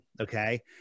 Okay